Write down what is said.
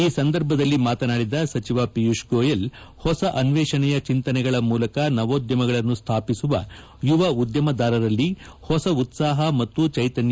ಈ ಸಂದರ್ಭದಲ್ಲಿ ಮಾತನಾಡಿದ ಸಚಿವ ಪಿಯೂಷ್ ಗೋಯಲ್ ಹೊಸ ಅನ್ವೇಷಣೆಯ ಚಿಂತನೆಗಳ ಮೂಲಕ ನವೋದ್ಯಮಗಳನ್ನು ಸ್ವಾಪಿಸುವ ಯುವ ಉದ್ಯಮದಾರರಲ್ಲಿ ಹೊಸ ಉತ್ವಹ ಮತ್ತು ಚ್ಯಿತನ್ನ